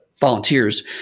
volunteers